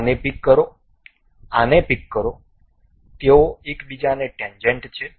આને પીક કરો આને પીક કરો તેઓ એકબીજાને ટેન્જેન્ટ છે